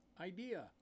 idea